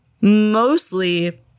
mostly